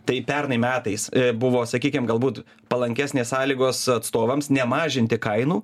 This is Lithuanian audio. tai pernai metais buvo sakykim galbūt palankesnės sąlygos atstovams nemažinti kainų